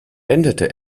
änderte